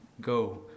go